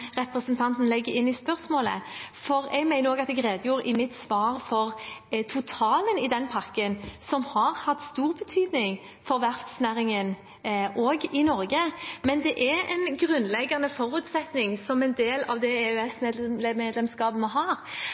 representanten legger inn i spørsmålet, for jeg mener at jeg redegjorde i mitt svar for totalen i den pakken, som har hatt stor betydning for verftsnæringen i Norge. Det er en grunnleggende forutsetning som en del av det EØS-medlemskapet vi har,